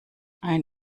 ein